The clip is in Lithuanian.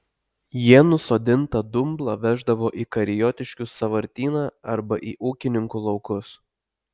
jie nusodintą dumblą veždavo į kariotiškių sąvartyną arba į ūkininkų laukus